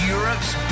Europe's